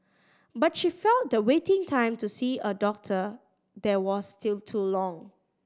but she felt the waiting time to see a doctor there was still too long